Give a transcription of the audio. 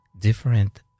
different